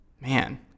Man